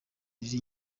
riri